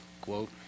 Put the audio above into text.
quote